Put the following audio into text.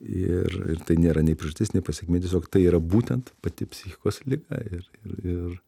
ir ir tai nėra nei priežasties nei pasekmės tiesiog tai yra būtent pati psichikos liga ir ir